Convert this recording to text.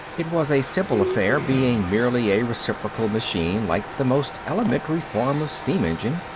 it was a simple affair, being merely a reciprocal machine like the most elementary form of steam engine.